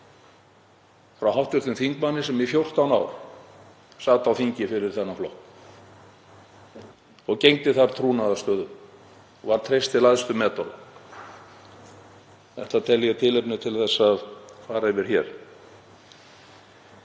frá hv. þingmanni sem í 14 ár sat á þingi fyrir þennan flokk og gegndi þar trúnaðarstöðu og var treyst til æðstu metorða. Þetta tel ég tilefni til að fara yfir. Hér